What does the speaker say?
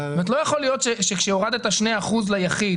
לא יכול להיות שכשהורדת שני אחוזים ליחיד,